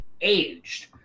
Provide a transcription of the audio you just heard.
aged